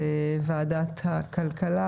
אני מתכבדת לפתוח את ועדת הכלכלה הבוקר